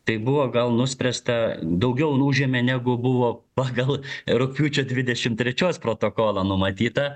tai buvo gal nuspręsta daugiau užėmė negu buvo pagal rugpjūčio dvidešimt trečios protokolą numatyta